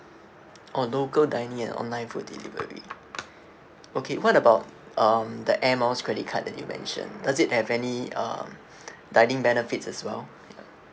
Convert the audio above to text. oh local dining and online food delivery okay what about um the air miles credit card that you mentioned does it have any um dining benefits as well